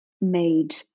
made